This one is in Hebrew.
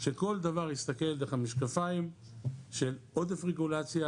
שכל דבר, להסתכל דרך המשקפיים של עודף רגולציה,